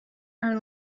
are